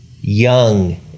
young